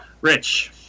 rich